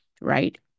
right